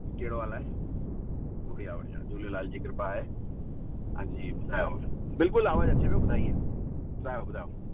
कहिड़ो हाल आहे बढ़िया बढ़िया झूलेलाल जी कृपा आहे हां जी ॿुधायो बिल्कुल आवाज़ अचे पियो ॿुधाइए ॿुधायो ॿुधायो